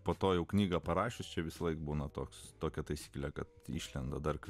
po to jau knygą parašiusi visąlaik būna toks tokia taisykle kad išlenda dar